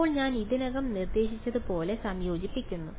ഇപ്പോൾ ഞാൻ ഇതിനകം നിർദ്ദേശിച്ചതുപോലെ സംയോജിപ്പിക്കുന്നു